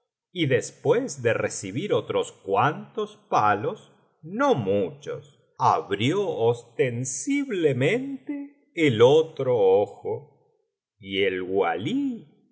y después de recibir otros cuantos palos no muchos abrió ostensiblemente el otro ojo y el walí